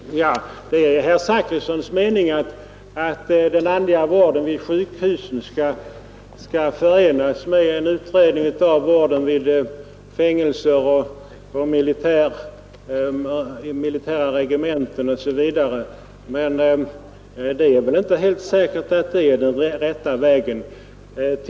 Herr talman! Det är herr Zachrissons mening att utredningen om den andliga vården vid sjukhusen skall förenas med en utredning av den andliga vården i fängelser, på regementen osv., men det är väl inte helt säkert att det är den rätta vägen.